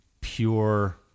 pure